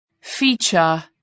feature